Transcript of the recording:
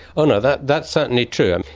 oh no, that's that's certainly true.